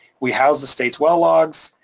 we house the state's well logs.